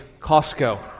Costco